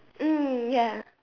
mm ya